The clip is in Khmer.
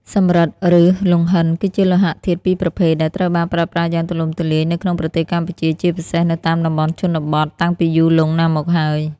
សំរឹទ្ធ ឬ លង្ហិនគឺជាលោហៈធាតុពីរប្រភេទដែលត្រូវបានប្រើប្រាស់យ៉ាងទូលំទូលាយនៅក្នុងប្រទេសកម្ពុជា ជាពិសេសនៅតាមតំបន់ជនបទ តាំងពីយូរលង់ណាស់មកហើយ។